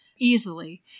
easily